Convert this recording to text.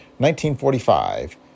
1945